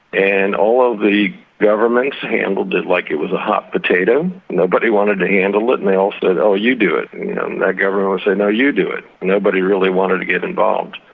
and all of the governments handled it like it was a hot potato nobody wanted to handle it and they all said, oh, you do it and that government would say, no, you do it. nobody really wanted to get involved.